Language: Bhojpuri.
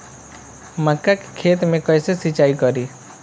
मका के खेत मे कैसे सिचाई करी?